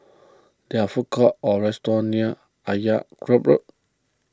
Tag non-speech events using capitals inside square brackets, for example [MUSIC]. there are food courts or restaurants near [UNINTELLIGIBLE] Road